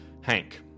Hank